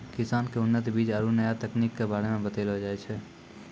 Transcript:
किसान क उन्नत बीज आरु नया तकनीक कॅ बारे मे बतैलो जाय छै